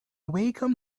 wacom